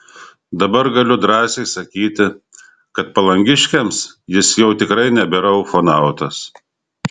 dabar galiu drąsiai sakyti kad palangiškiams jis jau tikrai nebėra ufonautas